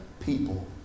people